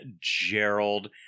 Gerald